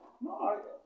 No